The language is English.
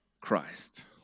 Christ